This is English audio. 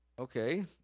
okay